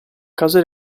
causa